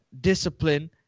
discipline